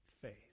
faith